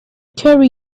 carry